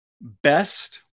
best